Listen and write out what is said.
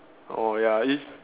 oh ya it's